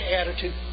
attitude